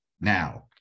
now